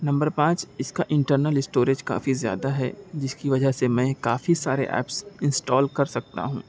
number پانچ اس کا انٹرنل اسٹوریج کافی زیادہ ہے جس کہ وجہ سے میں کافی سارے ایپس انسٹال کر سکتا ہوں